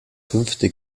fünfte